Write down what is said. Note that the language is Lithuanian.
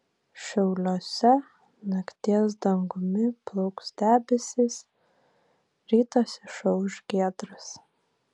šiauliuose nakties dangumi plauks debesys rytas išauš giedras